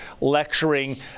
lecturing